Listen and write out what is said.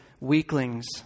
Weaklings